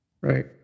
Right